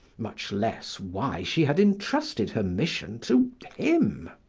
much less why she had entrusted her mission to him.